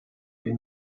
wir